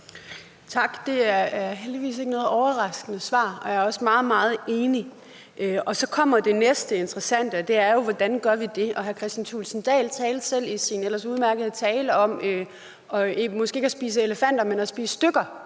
Tak. Det er heldigvis ikke noget overraskende svar. Jeg er også meget, meget enig. Så kommer det næste interessante, og det er jo, hvordan vi gør det. Hr. Kristian Thulesen Dahl talte selv i sin ellers udmærkede tale om, måske ikke at spise elefanter, men at spise stykker